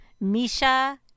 misha